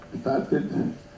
started